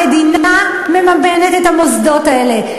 המדינה מממנת את המוסדות האלה,